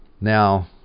Now